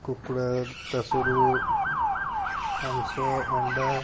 କୁକୁଡ଼ା ଚାଷରୁ ମାଂସ ଅଣ୍ଡା